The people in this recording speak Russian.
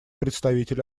представитель